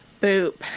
boop